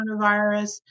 coronavirus